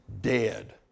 dead